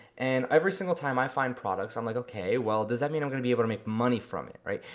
and every single time i find products, i'm like, okay, well, does that mean i'm gonna be able to make money from it, right?